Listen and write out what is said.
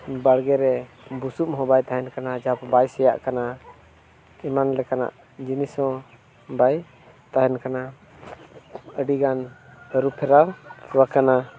ᱵᱟᱲᱜᱮ ᱨᱮ ᱵᱩᱥᱩᱵ ᱦᱚᱸ ᱵᱟᱭ ᱛᱟᱦᱮᱱ ᱠᱟᱱᱟ ᱡᱟᱠ ᱵᱟᱭ ᱥᱮᱭᱟᱜ ᱠᱟᱱᱟ ᱮᱢᱟᱱ ᱞᱮᱠᱟᱱᱟᱜ ᱡᱤᱱᱤᱥ ᱦᱚᱸ ᱵᱟᱭ ᱛᱟᱦᱮᱱ ᱠᱟᱱᱟ ᱟᱹᱰᱤᱜᱟᱱ ᱟᱹᱨᱩ ᱯᱷᱮᱨᱟᱣ ᱟᱠᱟᱱᱟ